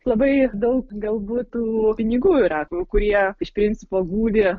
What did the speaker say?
labai daug galbūt tų pinigų yra kurie iš principo guli